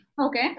Okay